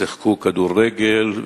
שיחקו כדורגל,